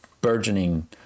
burgeoning